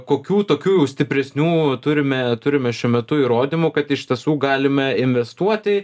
kokių tokių stipresnių turime turime šiuo metu įrodymų kad iš tiesų galime investuoti